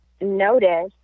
notice